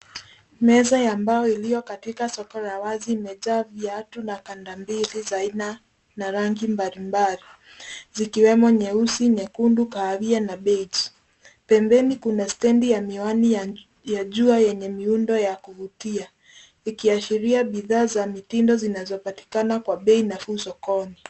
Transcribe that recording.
Meza ya mbao iliyo katika soko la wazi imejaa viatu na kanda mbili za aina na rangi mbalimbali zikiwemo nyeusi, nyekundu, kahawia na beige . Pembeni kuna stendi ya miwani ya jua yenye miundo ya kuvutia ikiashiria biidhaa za mitindo zinazopatikana kwa bei nafuu sokoni.